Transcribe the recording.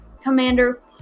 commander